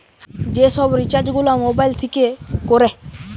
যে সব রিচার্জ গুলা মোবাইল থিকে কোরে